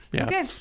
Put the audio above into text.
Okay